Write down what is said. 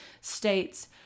states